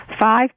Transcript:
Five